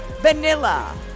vanilla